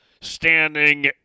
standing